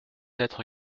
être